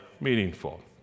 meaningful